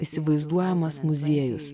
įsivaizduojamas muziejus